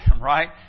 right